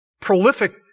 prolific